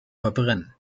verbrennen